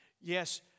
Yes